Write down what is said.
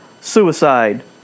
suicide